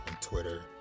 twitter